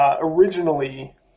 originally